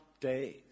days